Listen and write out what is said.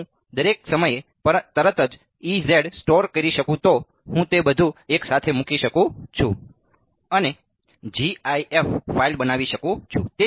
જો હું દરેક સમયે તરત જ સ્ટોર કરી શકું તો હું તે બધું એકસાથે મૂકી શકું છું અને gif ફાઇલ બનાવી શકું છું